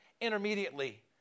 intermediately